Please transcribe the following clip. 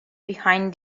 behind